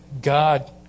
God